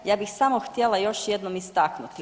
Ja bih samo htjela još jednom istaknuti.